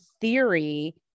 theory